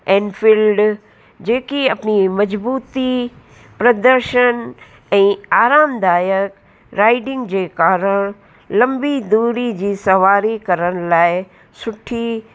Enfield जेकी अपनी मजबूती प्रदर्शन ऐं आरामदायक राइडिंग जे कारण लंबी दूरी जी सवारी करण लाइ सुठी